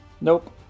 Nope